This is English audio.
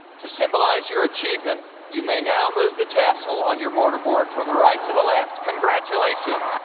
to symbolize your achievement, you may now move the tassel on your mortarboard from the right to the left, congratulations.